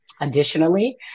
Additionally